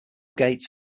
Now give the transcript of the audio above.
gates